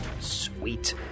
sweet